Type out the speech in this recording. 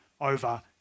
over